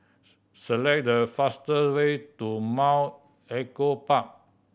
select the faster way to Mount Echo Park